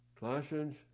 Colossians